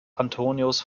antonius